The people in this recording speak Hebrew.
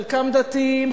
חלקם דתיים,